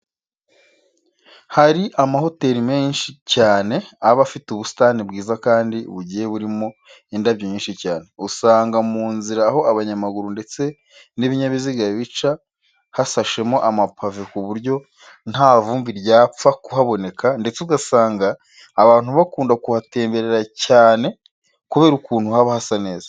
Hari amahoteri menshi cyane aba afite ubusitani bwiza kandi bugiye burimo indabyo nyinshi cyane. Usanga mu nzira aho abanyamaguru ndetse n'ibinyabiuziga bica hasashemo amapave ku buryo nta vumbi ryapfa kuhaboneka ndetse ugasanga abantu bakunda kuhatemberera cyane kubera ukuntu haba hasa neza.